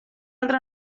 altra